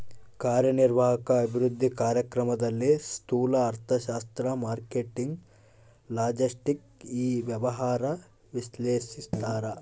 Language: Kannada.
ಕಾರ್ಯನಿರ್ವಾಹಕ ಅಭಿವೃದ್ಧಿ ಕಾರ್ಯಕ್ರಮದಲ್ಲಿ ಸ್ತೂಲ ಅರ್ಥಶಾಸ್ತ್ರ ಮಾರ್ಕೆಟಿಂಗ್ ಲಾಜೆಸ್ಟಿಕ್ ಇ ವ್ಯವಹಾರ ವಿಶ್ಲೇಷಿಸ್ತಾರ